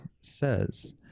says